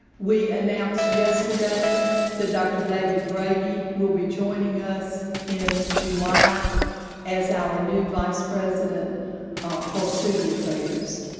we announced yesterday that dr. david grady will be joining us in july as our new vice president for student affairs.